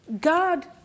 God